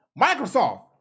Microsoft